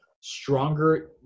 stronger